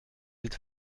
êtes